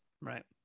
right